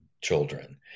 children